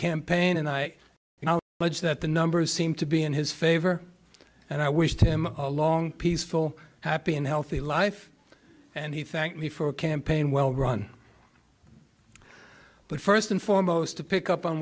campaign and i will budge that the numbers seem to be in his favor and i wished him a long peaceful happy and healthy life and he thanked me for a campaign well run but first and foremost to pick up on